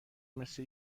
مثل